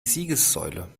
siegessäule